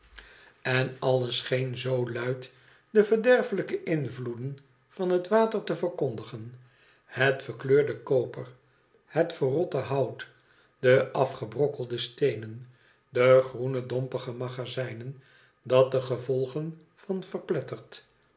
en alles scheen zoo luid de verderfelijke invloeden van het water te verkondigen het verkleurde koper het verrotte hout de afgebrokkelde steenen de groene dompige magazijnen dat de gevolgen van verpletterd